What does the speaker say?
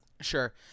Sure